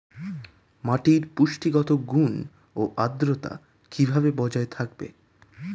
মাটির পুষ্টিগত গুণ ও আদ্রতা কিভাবে বজায় থাকবে?